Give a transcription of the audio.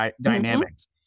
dynamics